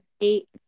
Eight